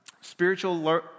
Spiritual